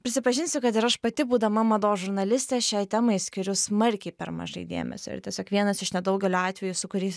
prisipažinsiu kad ir aš pati būdama mados žurnalistė šiai temai skiriu smarkiai per mažai dėmesio ir tiesiog vienas iš nedaugelio atvejų su kuriais